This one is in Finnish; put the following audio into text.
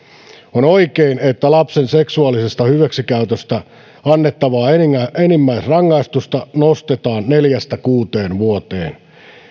on oikein että lapsen seksuaalisesta hyväksikäytöstä annettavaa enimmäisrangaistusta nostetaan neljästä kuuteen vuoteen